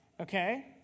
okay